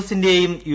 എസിന്റെയും U